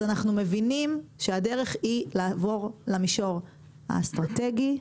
אנחנו מבינים שהדרך היא לעבור למישור האסטרטגי,